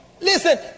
listen